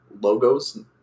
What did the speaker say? logos